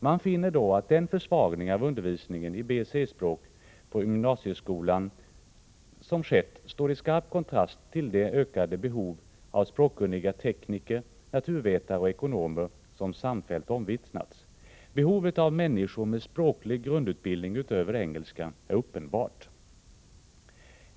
Man finner då att den försvagning som skett av undervisningen i B och C-språk på gymnasieskolan står i skarp kontrast till det ökade behov av språkkunniga tekniker, naturvetare och ekonomer som samfällt omvittnas. Behovet av människor med språklig grundutbildning utöver engelska är uppenbart.